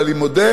אבל אני מודה,